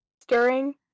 Stirring